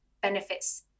benefits